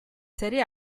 serie